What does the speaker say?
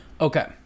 Okay